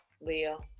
Leo